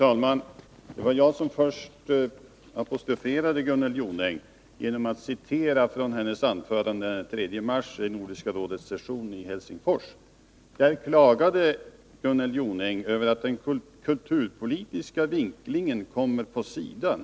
Fru talman! Det var jag som först apostroferade Gunnel Jonäng genom att citera från hennes anförande den 3 mars vid Nordiska rådets session i Helsingfors. Där klagade Gunnel Jonäng över att den ”kulturpolitiska vinklingen kommer på sidan”.